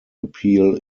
appeal